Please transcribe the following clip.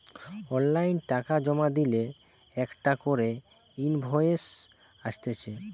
online টাকা জমা দিলে একটা করে ইনভয়েস আসতিছে